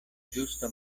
ĝusta